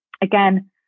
again